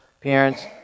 parents